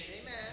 Amen